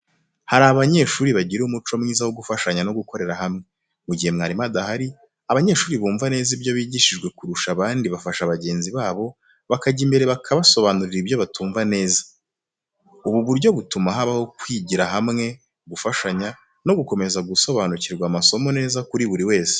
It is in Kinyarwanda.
Hari abanyeshuri bagira umuco mwiza wo gufashanya no gukorera hamwe. Mu gihe mwarimu adahari, abanyeshuri bumva neza ibyo bigishijwe kurusha abandi bafasha bagenzi babo, bakajya imbere bakabasobanurira ibyo batumva neza. Ubu buryo butuma habaho kwigira hamwe, gufashanya, no gukomeza gusobanukirwa amasomo neza kuri buri wese.